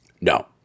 No